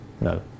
No